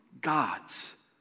God's